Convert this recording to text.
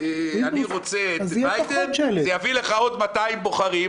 "אני רוצה את ביידן" ותדע שזה יביא לך עוד 200 בוחרים,